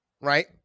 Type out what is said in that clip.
right